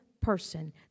person